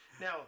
Now